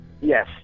Yes